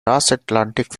transatlantic